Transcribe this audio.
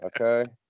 Okay